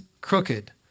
crooked